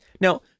Now